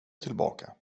tillbaka